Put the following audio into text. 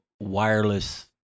wireless